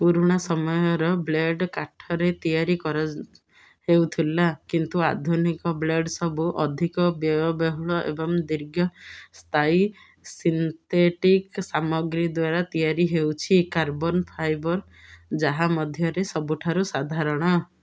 ପୁରୁଣା ସମୟର ବ୍ଲେଡ଼୍ କାଠରେ ତିଆରି କରା ହେଉଥିଲା କିନ୍ତୁ ଆଧୁନିକ ବ୍ଲେଡ଼୍ ସବୁ ଅଧିକ ବ୍ୟୟବହୁଳ ଏବଂ ଦୀର୍ଘ ସ୍ଥାୟୀ ସିନ୍ଥେଟିକ୍ ସାମଗ୍ରୀ ଦ୍ୱାରା ତିଆରି ହେଉଛି କାର୍ବନ୍ ଫାଇବର୍ ଯାହା ମଧ୍ୟରେ ସବୁଠାରୁ ସାଧାରଣ